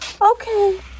Okay